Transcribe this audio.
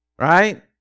right